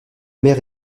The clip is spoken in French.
mère